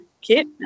kit